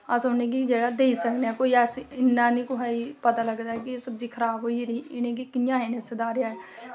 ते अस उ'नें गी देई सकने आं अस इन्ना निं कुसै गी पता लग्गी सकदा कि एह् सब्जी खराब होई दी ते कि'यां इसगी सुधारेआ ऐ